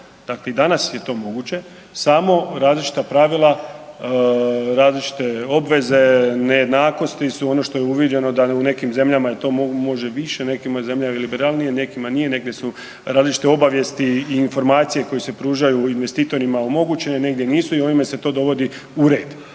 dakle i danas je to moguće, samo različita pravila, različite obveze, nejednakosti su ono što je uviđeno da u nekim zemljama može to više, u nekim zemljama liberalnije, u nekima nije, negdje su različite obavijesti i informacije koje se pružaju investitorima omogućene, negdje nisu i ovime se to dovodi u red